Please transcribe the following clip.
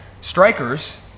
strikers